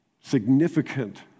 significant